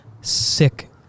sick